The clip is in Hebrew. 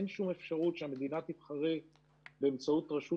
אין שום אפשרות שהמדינה תתחרה באמצעות רשות